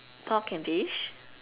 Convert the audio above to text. pork and fish